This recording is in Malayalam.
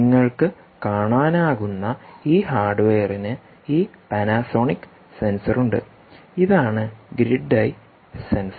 നിങ്ങൾക്ക് കാണാനാകുന്ന ഈ ഹാർഡ്വെയറിന് ഈ പാനസോണിക് സെൻസർ ഉണ്ട് ഇതാണ് ഗ്രിഡ് ഐ സെൻസർ